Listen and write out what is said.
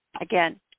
again